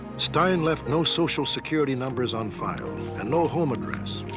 stein left no social security numbers on file and no home address.